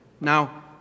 Now